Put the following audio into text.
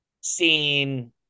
seen